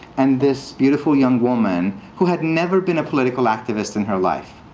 and this beautiful young woman, who had never been a political activist in her life,